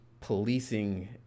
policing